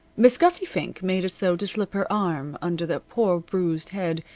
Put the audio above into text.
miss gussie fink made as though to slip her arm under the poor bruised head,